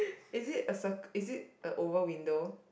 is it a circle is it a oval window